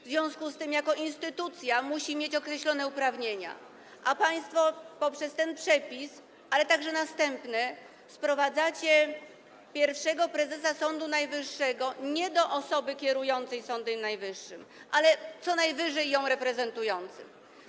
W związku z tym jako instytucja musi mieć on określone uprawnienia, a państwo poprzez ten przepis, ale także następne sprowadzacie rolę pierwszego prezesa Sądu Najwyższego nie do roli osoby kierującej Sądem Najwyższym, ale co najwyżej go reprezentującej.